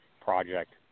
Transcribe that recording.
project